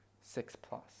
six-plus